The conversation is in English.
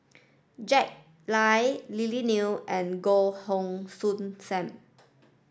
Jack Lai Lily Neo and Goh Heng Soon Sam